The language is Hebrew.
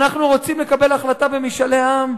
אנחנו רוצים לקבל החלטה במשאלי עם,